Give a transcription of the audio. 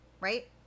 right